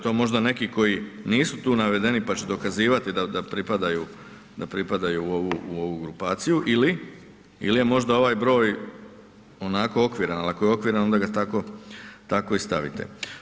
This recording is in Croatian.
To možda neki koji nisu tu navedeni pa će dokazivati da pripadaju u ovu grupaciju ili je možda ovaj broj onako okviran, a i ako je okviran onda ga tako i stavite.